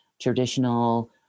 traditional